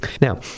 now